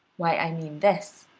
why, i mean this,